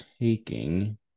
taking